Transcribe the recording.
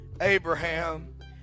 abraham